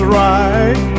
right